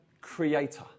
creator